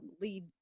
lead